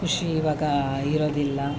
ಖುಷಿ ಇವಾಗ ಇರೋದಿಲ್ಲ